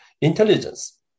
intelligence